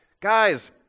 Guys